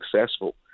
successful